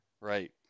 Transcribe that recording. Right